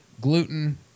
gluten